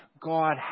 God